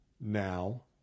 now